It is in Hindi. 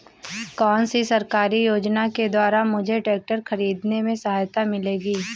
कौनसी सरकारी योजना के द्वारा मुझे ट्रैक्टर खरीदने में सहायता मिलेगी?